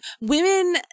women